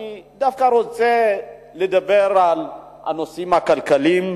אני דווקא רוצה לדבר על הנושאים הכלכליים,